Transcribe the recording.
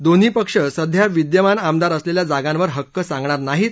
दोन्ही पक्ष सध्या विद्यमान आमदार असलेल्या जागांवर हक्क सांगणार नाहीत